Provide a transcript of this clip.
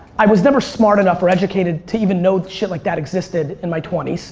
i was never smart enough or educated to even know shit like that existed in my twenty s.